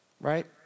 right